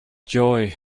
joy